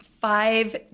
five